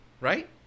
right